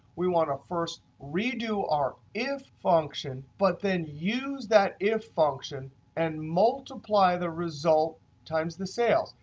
we want to first redo our if function, but then use that if function and multiply the result times the sales.